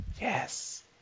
yes